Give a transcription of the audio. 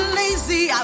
lazy